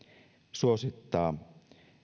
suosittaa